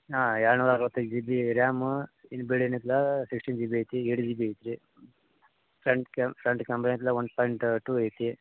ಹಾಂ ಏಳ್ನೂರ ಅರವತ್ತೈದು ಜಿ ಬಿ ರ್ಯಾಮು ಇನ್ನು ಬಿಳಿ ಏನಿತ್ಲ ಸಿಕ್ಸ್ಟೀನ್ ಜಿ ಬಿ ಐತಿ ಏಟ್ ಜಿ ಬಿ ಐತೆ ಫ್ರೆಂಟ್ ಕ್ಯಾಮ್ ಫ್ರೆಂಟ್ ಕ್ಯಾಮ್ರ ಎಲ್ಲ ಒನ್ ಪಾಯಿಂಟ್ ಟೂ ಐತಿ